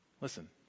Listen